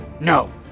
No